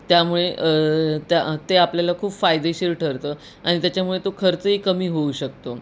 त्यामुळे त्या ते आपल्याला खूप फायदेशीर ठरतं आणि त्याच्यामुळे तो खर्चही कमी होऊ शकतो